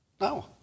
No